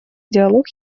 диалог